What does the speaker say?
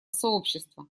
сообщества